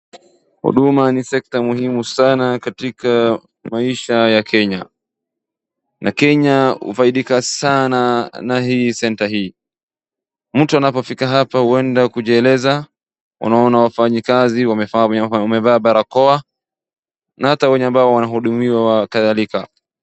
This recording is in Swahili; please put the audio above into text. Huduma ni sekta muhimu sana katika maisha ya kenya, na kenya hufaidika sana na hii center hii. Mtu anapofika hapa huenda kujieleza ,unaona wafanyikazi wamevaa barakoa na hata wenye ambao wanahudumiwa na kadhalika.